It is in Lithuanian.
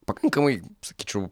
pakankamai sakyčiau